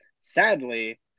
sadly